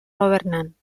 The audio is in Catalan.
governant